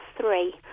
three